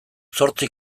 zortzi